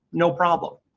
no problem.